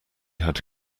had